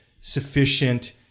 sufficient